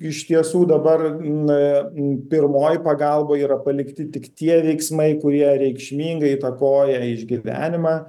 iš tiesų dabar pirmoji pagalba yra palikti tik tie veiksmai kurie reikšmingai įtakoja išgyvenimą